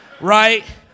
right